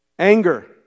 Anger